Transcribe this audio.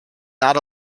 not